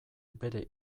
bere